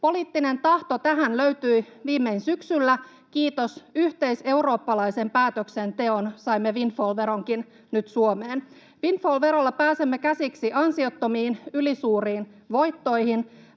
Poliittinen tahto tähän löytyi viimein syksyllä. Kiitos yhteiseurooppalaisen päätöksenteon saimme windfall-veronkin nyt Suomeen. Windfall-verolla pääsemme käsiksi ansiottomiin ylisuuriin voittoihin.